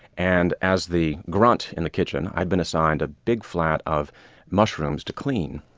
and as the grunt in the kitchen, i had been assigned a big flat of mushrooms to clean.